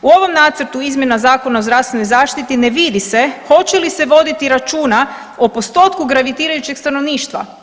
U ovom nacrtu izmjena Zakona o zdravstvenoj zaštiti ne vidi se hoće li se voditi računa o postotku gravitirajućeg stanovništva.